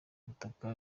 butaka